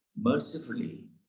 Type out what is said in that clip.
mercifully